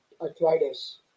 arthritis